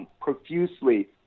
profusely